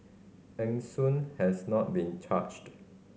Eng Soon has not been charged